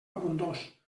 abundós